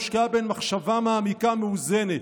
הושקעה בהן מחשבה מעמיקה, מאוזנת,